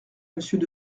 monsieur